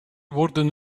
worden